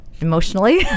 emotionally